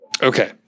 Okay